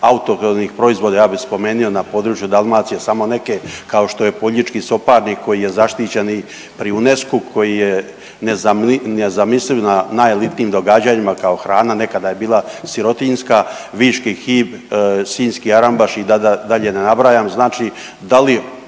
autohtonih proizvoda, ja bih spomenio na području Dalmacije, samo neke, kao što je poljički soparnik, koji je zaštićen i pri UNESCO-u koji je nezamisliv na najelitnijim događanjima, kao hrana, nekada je bila sirotinjska, viški hib, sinjski arambaš i dalje ne nabrajam, znači da li